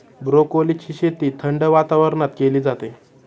ब्रोकोलीची शेती थंड वातावरणात केली जाते